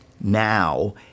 now